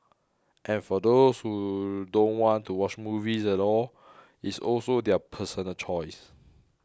and for those who don't want to watch movies at all it's also their personal choice